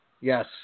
Yes